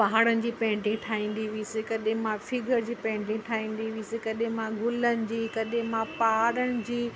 पहाड़नि जी पेंटिंग ठाहींदी हुअसि कॾहिं मां फिगर जी पेंटिंग ठाहींदी हुअसि कॾहिं मां गुलनि जी कॾहिं मां पहाड़नि जी